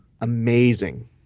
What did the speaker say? amazing